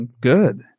Good